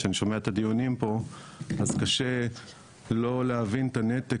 כשאני שומע את הדיונים פה אז קשה לא להבין את הנתק